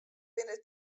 binne